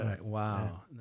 Wow